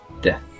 Death